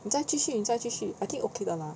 你再继续你再继续 I think okay 的 lah